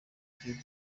igihugu